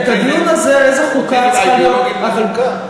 איזו חוקה צריכה להיות, לחוקה.